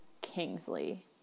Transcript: kingsley